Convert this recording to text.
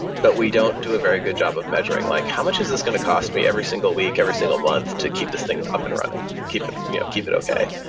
but we don't do a very good job of measuring, like, how much is this going to cost me every single week, every single month to keep this thing up and running, keep it you know keep it okay?